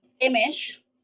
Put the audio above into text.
image